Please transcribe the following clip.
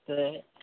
ऐं